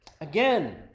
Again